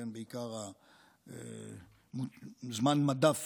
בעיקר זמן המדף